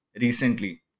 recently